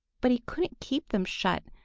but he couldn't keep them shut.